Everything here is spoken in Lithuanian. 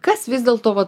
kas vis dėlto vat